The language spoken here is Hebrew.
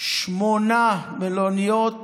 שמונה מלוניות